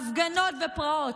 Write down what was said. הפגנות ופרעות,